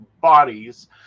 bodies